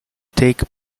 take